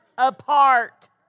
Apart